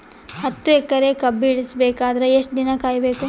ಹತ್ತು ಎಕರೆ ಕಬ್ಬ ಇಳಿಸ ಬೇಕಾದರ ಎಷ್ಟು ದಿನ ಕಾಯಿ ಬೇಕು?